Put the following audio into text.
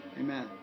Amen